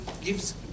gives